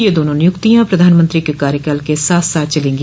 ये दोनों नियुक्तियां प्रधानमंत्री के कार्यकाल के साथ साथ चलेंगी